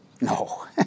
No